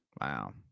Wow